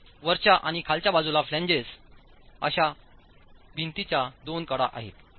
तर वरच्या आणि खालच्या बाजूला फ्लॅन्जेस अशा भिंतींच्या दोन कडा आहेत